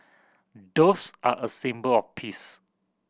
doves are a symbol of peace